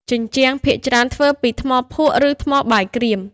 ជញ្ជាំង ភាគច្រើនធ្វើពី ថ្មភក់ ឬ ថ្មបាយក្រៀម។